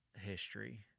history